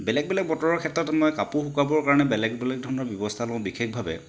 বেলেগে বেলেগ বতৰৰ ক্ষেত্ৰত আমাৰ কাপোৰ শুকাবৰ কাৰণে বেলেগ বেলেগ ধৰণৰ ব্যৱস্থা লওঁ বিশেষভাৱে